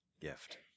gift